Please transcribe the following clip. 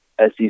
sec